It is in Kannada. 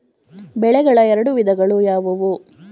ಬೆಳೆಗಳ ಎರಡು ವಿಧಗಳು ಯಾವುವು?